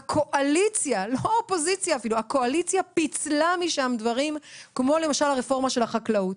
הקואליציה פיצלה משם דברים כמו למשל הרפורמה של החקלאות.